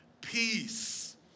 peace